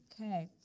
Okay